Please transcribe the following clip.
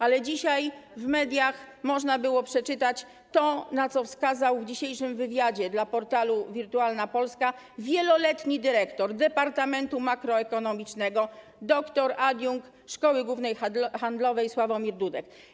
Ale dzisiaj w mediach można było przeczytać to, na co wskazał w dzisiejszym wywiadzie dla portalu Wirtualna Polska wieloletni dyrektor departamentu makroekonomicznego doktor adiunkt Szkoły Głównej Handlowej Sławomir Dudek.